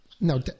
No